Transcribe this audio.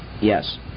Yes